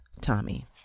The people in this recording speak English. Tommy